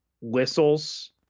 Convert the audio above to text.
whistles